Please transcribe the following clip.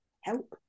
help